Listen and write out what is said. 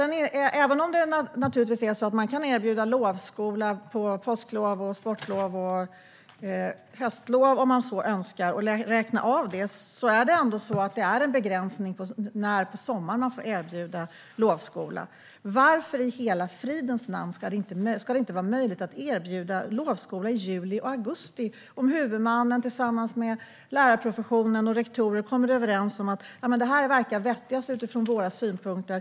Även om det naturligtvis är så att man kan erbjuda lovskola på påsklov, sportlov och höstlov om man så önskar och räkna av det, är det ändå en begränsning i fråga om när på sommaren som man får erbjuda lovskola. Varför i hela fridens namn ska det inte vara möjligt att erbjuda lovskola i juli och augusti, om huvudmannen tillsammans med lärarprofessionen och rektorer kommer överens om att detta verkar vettigast utifrån deras synpunkter?